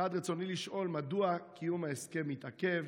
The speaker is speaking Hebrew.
רצוני לשאול: 1. מדוע קיום ההסכם מתעכב?